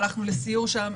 הלכנו לסיור שם,